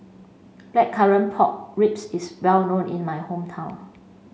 blackcurrant pork ribs is well known in my hometown